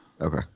Okay